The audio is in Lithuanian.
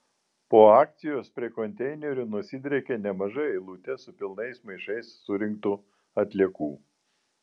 po akcijos prie konteinerių nusidriekė nemaža eilutė su pilnais maišais surinktų atliekų